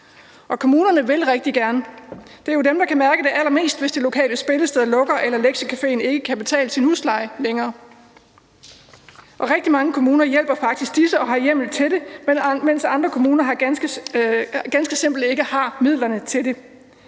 Kommunerne vil rigtig gerne – det er jo dem, der kan mærke det allermest, hvis det lokale spillested lukker eller lektiecafeen ikke kan betale sin husleje længere. Og rigtig mange kommuner hjælper faktisk disse og har hjemmel til det, mens andre kommuner ganske simpelt ikke har midlerne til det.